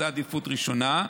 זו עדיפות ראשונה.